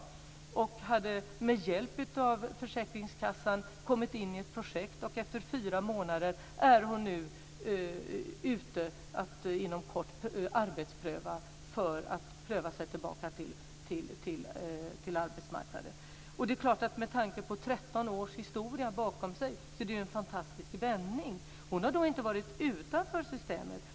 Hon hade med hjälp av försäkringskassan kommit in i ett projekt. Efter fyra månader är hon nu ute, och hon kommer inom kort att arbetspröva för att försöka ta sig tillbaka till arbetsmarknaden. Det är klart att med tanke på att hon hade 13 års historia bakom sig är det en fantastisk vändning. Hon har inte varit utanför systemet.